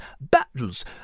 battles